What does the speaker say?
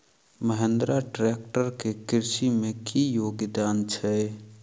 Mahindra tractor केँ कृषि मे की योगदान छै?